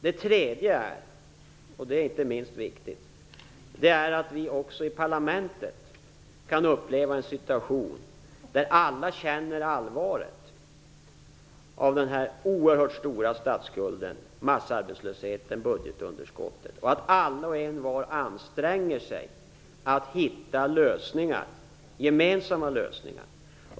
Det tredje - det är inte minst viktigt - är att också vi i parlamentet kan uppleva en situation där alla känner allvaret av den oerhört stora statsskulden, massarbetslösheten och budgetunderskottet, och att alla och envar anstränger sig för att hitta gemensamma lösningar.